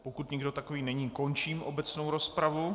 Pokud nikdo takový není, končím obecnou rozpravu.